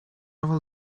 will